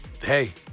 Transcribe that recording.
hey